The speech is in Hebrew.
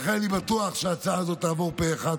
לכן, אני בטוח שההצעה הזאת תעבור פה אחד.